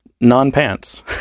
non-pants